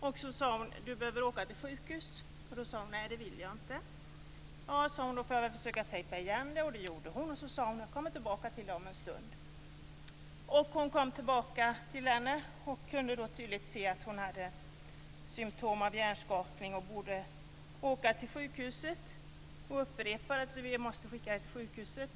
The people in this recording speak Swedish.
Sköterskan sade att den gamla behövde åka till sjukhus, men det ville hon inte. Sköterskan tejpade ihop såret och kom tillbaka om en stund. Då kunde hon tydligt se att den gamla hade symtom på hjärnskakning. Sköterskan upprepade att den gamla måste skickas till sjukhuset.